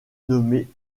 nommée